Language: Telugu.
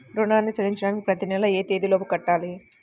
రుణాన్ని చెల్లించడానికి ప్రతి నెల ఏ తేదీ లోపు కట్టాలి?